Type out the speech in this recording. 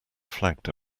flagged